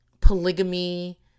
polygamy